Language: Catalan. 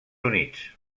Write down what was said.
units